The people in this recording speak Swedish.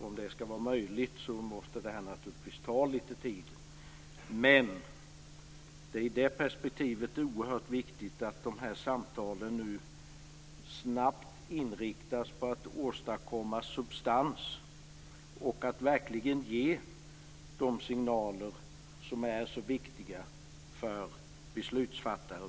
Om det skall vara möjligt måste det här naturligtvis få ta lite tid. Men i det perspektivet är det oerhört viktigt att de här samtalen snabbt inriktas på att man skall åstadkomma substans och att man verkligen ger de signaler som är så viktiga för beslutsfattare.